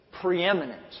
preeminent